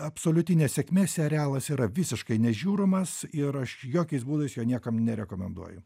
absoliuti nesėkmė serialas yra visiškai nežiūromas ir aš jokiais būdais jo niekam nerekomenduoju